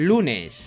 Lunes